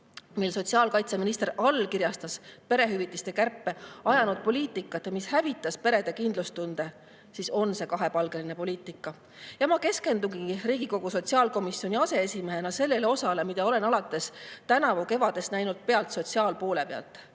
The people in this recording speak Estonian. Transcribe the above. mil sotsiaalkaitseminister allkirjastas perehüvitiste kärpe, ajanud poliitikat, mis hävitas perede kindlustunde, siis on see kahepalgeline poliitika. Ma keskendun Riigikogu sotsiaalkomisjoni aseesimehena sellele, mida olen alates tänavu kevadest näinud sotsiaalpoole pealt.